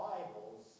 Bibles